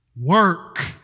work